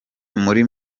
muri